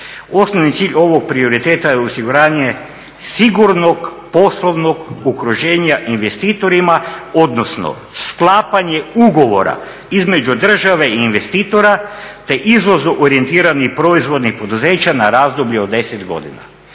Osnovni cilj ovog prioriteta je osiguranje sigurnog poslovnog okruženja investitorima, odnosno sklapanje ugovora između države i investitora, te izvozu orijentiranih proizvodnih poduzeća na razdoblje od 10 godina.